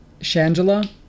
Shangela